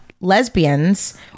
lesbians